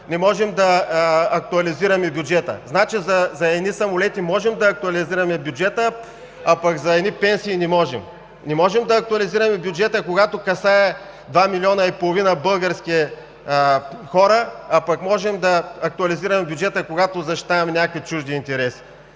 не можем да актуализираме бюджета. Значи за едни самолети можем да актуализираме бюджета, а пък за едни пенсии не можем!? Не можем да актуализираме бюджета, когато касае два милиона и половина български хора, а пък можем да актуализираме бюджета, когато защитаваме някакви чужди интереси!?